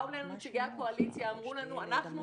באו אלינו נציגי הקואליציה אמרו לנו אנחנו איתכם,